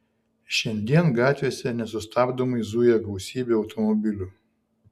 šiandien gatvėse nesustabdomai zuja gausybė automobilių